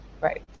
right